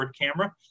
camera